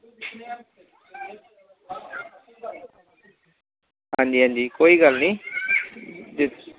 हां जी हां जी कोई गल्ल निं